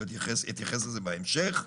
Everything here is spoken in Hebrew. - עוד אתייחס לזה בהמשך.